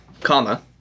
comma